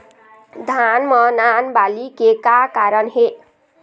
धान म नान बाली के का कारण हे?